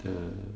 the